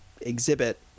exhibit